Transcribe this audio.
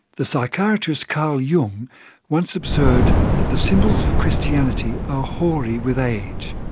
the psychiatrist carl jung once observed that the symbols of christianity are hoary with age,